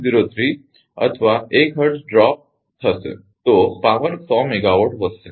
03 per unit અથવા 1 hertz drop નીચે થશે તો પાવર 100 મેગાવાટ વધશે